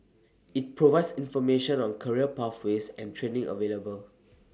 IT provides information on career pathways and training available